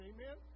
Amen